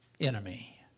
enemy